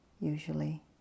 usually